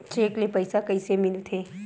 Cheque ले पईसा कइसे मिलथे?